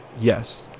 yes